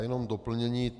Jenom doplnění.